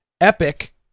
Epic